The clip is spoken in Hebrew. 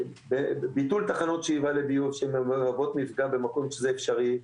ביטול תחנות שאיפה לביוב שמהוות מפגע במקום שזה אפשרי,